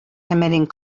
committing